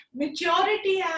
maturity